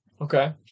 Okay